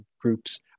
groups